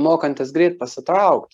mokantys greit pasitraukt